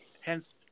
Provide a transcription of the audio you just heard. Hence